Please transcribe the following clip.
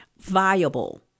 viable